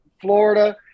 Florida